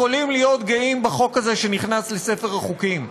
יכולים להיות גאים בחוק הזה שנכנס לספר החוקים.